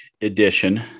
edition